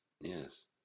yes